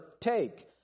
take